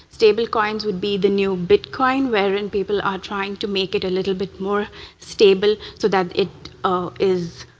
stable coins would be the new bitcoin wherein people are trying to make it a little bit more stable so that it ah is